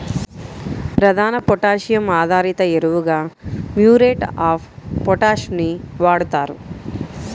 ప్రధాన పొటాషియం ఆధారిత ఎరువుగా మ్యూరేట్ ఆఫ్ పొటాష్ ని వాడుతారు